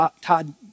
Todd